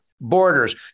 borders